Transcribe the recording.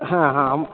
ᱦᱮᱸ ᱦᱮᱸ ᱟᱢ